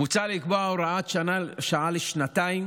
מוצע לקבוע הוראת שעה לשנתיים